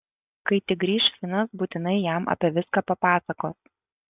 kai tik grįš finas būtinai jam apie viską papasakos